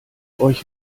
euch